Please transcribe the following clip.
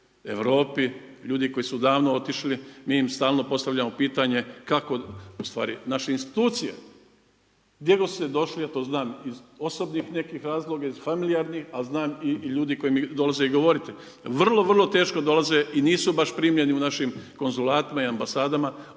Europi ljudi koji su davno otišli mi im stalno postavljamo pitanje kako, ustvari naše institucije gdje god ste došli a to znam iz osobnih nekih razloga, iz familijarnih, ali znam i ljudi koji mi dolaze i govoriti. Vrlo, vrlo teško dolaze i nisu baš primljeni u našim konzulatima i ambasadama